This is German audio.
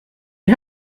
die